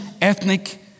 ethnic